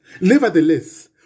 Nevertheless